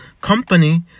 company